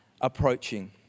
approaching